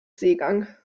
seegang